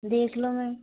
देख लो मैम